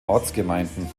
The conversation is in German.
ortsgemeinden